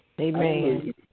Amen